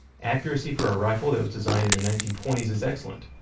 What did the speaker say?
accuracy for a rifle that was designed in the nineteen twenty s is excellent,